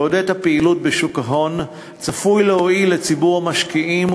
יעודד את הפעילות בשוק ההון וצפוי להועיל לציבור המשקיעים,